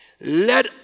let